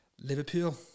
Liverpool